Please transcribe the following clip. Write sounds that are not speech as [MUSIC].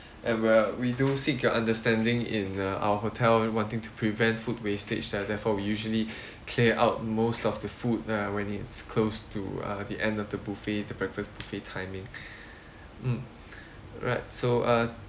and we're we do seek your understanding in uh our hotel with wanting to prevent food wastage uh therefore we usually [BREATH] clear out most of the food uh when it's close to uh the end of the buffet the breakfast buffet timing [BREATH] mm right so uh